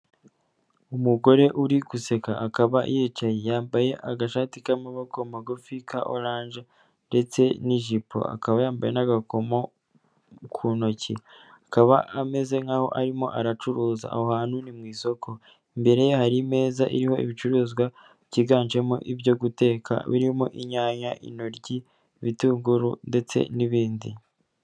Umugore uri guseka akaba yicaye, yambaye agashati k'amaboko magufi ka oranje ndetse n'ijipo. Akaba yambaye n'agakomo ku ntoki. Akaba ameze nk'aho arimo aracuruza. Aho hantu ni mu isoko. Imbere ye hari imeza iriho ibicuruzwa byiganjemo ibyo guteka birimo inyanya, intoryi, ibitunguru ndetse n'ibindi.